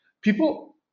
People